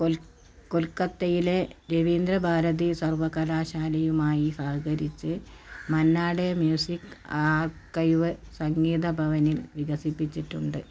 കൊൽ കൊൽക്കത്തയിലെ രവീന്ദ്ര ഭാരതി സർവകലാശാലയുമായി സഹകരിച്ച് മന്നാ ഡേ മ്യൂസിക് ആർക്കൈവ് സംഗീത ഭവനിൽ വികസിപ്പിച്ചിട്ടുണ്ട്